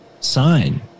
sign